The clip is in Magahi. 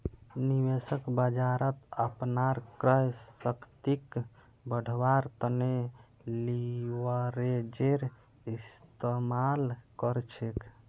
निवेशक बाजारत अपनार क्रय शक्तिक बढ़व्वार तने लीवरेजेर इस्तमाल कर छेक